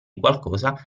qualcosa